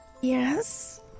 Yes